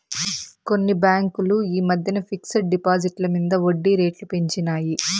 కొన్ని బాంకులు ఈ మద్దెన ఫిక్స్ డ్ డిపాజిట్ల మింద ఒడ్జీ రేట్లు పెంచినాయి